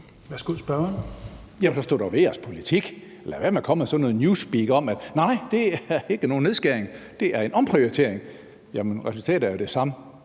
Karsten Hønge (SF): Jamen så stå dog ved jeres politik. Lad være med at komme med sådan noget newspeak om, at nej, det er ikke nogen nedskæring, det er en omprioritering. Resultatet er jo det samme.